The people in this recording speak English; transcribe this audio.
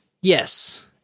Yes